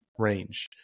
range